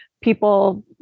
people